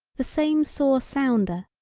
the same sore sounder,